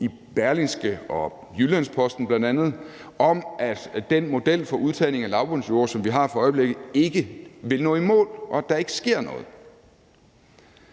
i Berlingske og Jyllands-Posten bl.a. om, at den model for udtagning af lavbundsjorder, som vi har for øjeblikket, ikke vil få os til at nå i mål, og at der ikke sker noget.